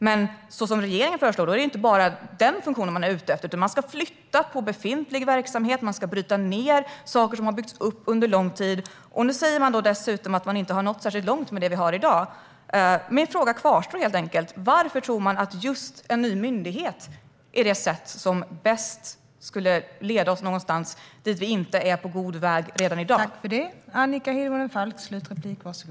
Men med regeringens förslag är det inte bara denna funktion man är ute efter, utan man ska flytta på befintlig verksamhet och bryta ned saker som har byggts upp under lång tid. Nu säger man dessutom att man inte har nått särskilt långt med det vi har i dag. Min fråga kvarstår, helt enkelt: Varför tror regeringen att just en ny myndighet är det sätt som bäst skulle leda oss någonstans dit vi inte är på god väg redan i dag?